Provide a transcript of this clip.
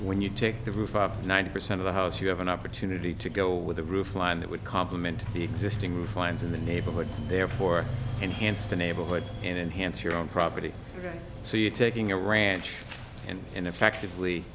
when you take the roof off ninety percent of the house you have an opportunity to go with a roof line that would complement the existing roof lines in the neighborhood therefore enhance the neighborhood and enhance your own property so you're taking a ranch and and effectively